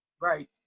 Right